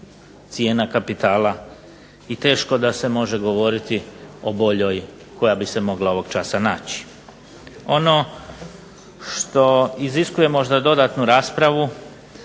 cijena kapitala i teško da se može govoriti o boljoj koja bi se mogla ovog časa naći. Ono što iziskuje možda dodatnu raspravu